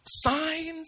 signs